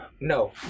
No